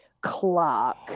Clark